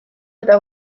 eta